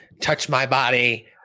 touch-my-body